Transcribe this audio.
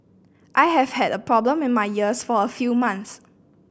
I have had a problem in my ears for a few months